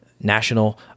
National